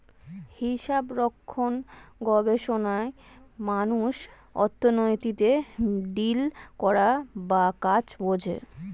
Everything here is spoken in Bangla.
হিসাবরক্ষণ গবেষণায় মানুষ অর্থনীতিতে ডিল করা বা কাজ বোঝে